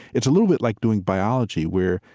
it's a little bit like doing biology where,